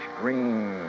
green